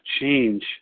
change